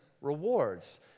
rewards